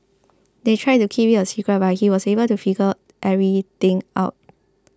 they tried to keep it a secret but he was able to figure everything out